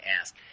ask